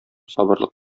сабырлык